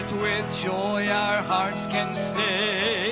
with joy our hearts can say